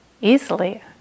easily